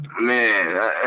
Man